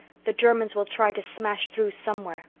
the germans will try to smash through somewhere.